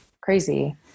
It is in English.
crazy